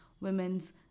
women's